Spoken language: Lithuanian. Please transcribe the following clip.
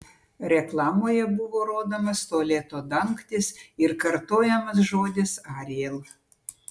reklamoje buvo rodomas tualeto dangtis ir kartojamas žodis ariel